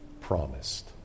promised